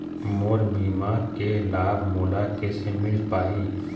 मोर बीमा के लाभ मोला कैसे मिल पाही?